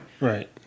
Right